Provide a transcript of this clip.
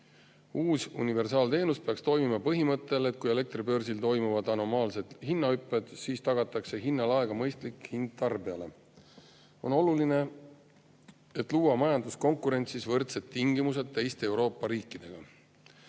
Uus universaalteenus peaks toimima põhimõttel, et kui elektribörsil toimuvad anomaalsed hinnahüpped, siis tagatakse hinnalae abil tarbijale mõistlik hind. On oluline majanduskonkurentsis luua võrdsed tingimused teiste Euroopa riikidega.